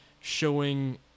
showing